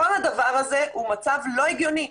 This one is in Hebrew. כל הדבר הזה הוא מצב לא הגיוני.